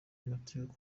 amateka